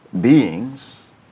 beings